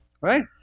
Right